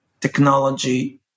technology